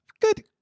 Good